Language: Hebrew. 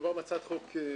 מדובר בהצעת חוק ממשלתית,